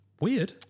Weird